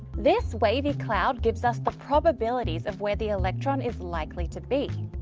this wavy cloud gives us the probabilities of where the electron is likely to be,